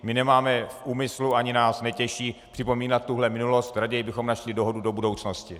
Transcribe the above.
My nemáme v úmyslu a ani nás netěší připomínat tuhle minulost, raději bychom našli dohodu do budoucnosti.